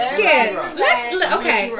Okay